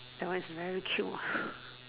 that one is very cute